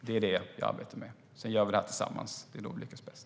Det är det jag arbetar med. Sedan gör vi det här tillsammans - det är då vi lyckas bäst.